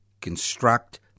construct